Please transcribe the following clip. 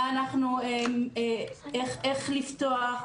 איך לפתוח.